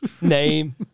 Name